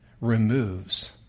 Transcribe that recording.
removes